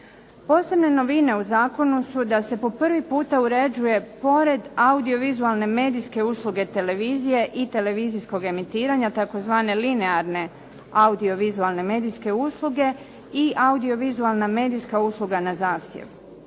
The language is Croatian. Posebne novine u zakonu su da se po prvi puta uređuje pored audiovizualne medijske usluge televizije i televizijskog emitiranja, tzv. linearne audiovizualne medijske usluge i audiovizualna medijska usluga na zahtjev.